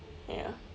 ya